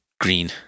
green